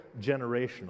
generational